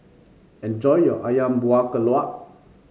enjoy your ayam Buah Keluak